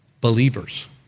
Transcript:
believers